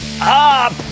up